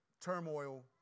turmoil